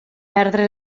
perdre